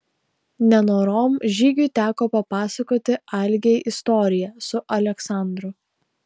nenorom žygiui teko papasakoti algei istoriją su aleksandru